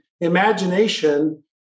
imagination